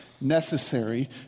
necessary